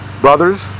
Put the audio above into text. brothers